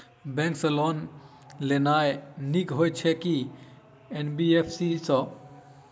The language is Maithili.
बैंक सँ लोन लेनाय नीक होइ छै आ की एन.बी.एफ.सी सँ?